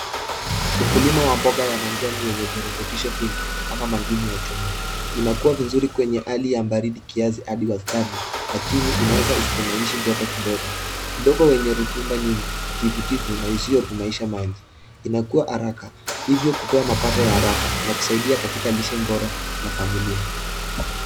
Ukulima wa mboga ya majani yenye virutubisho vingi kama madini ya chuma. Inakua vizuri kwenye hali ya baridi kiasi hadi wastani lakini inaweza isitenganishe joto kidogo, udongo wenye rutuba nyingi, tifutifu na uliotuamisha maji. Inakua haraka hivyo kutoa mapato ya haraka na kusaidia katika lishe bora na familia.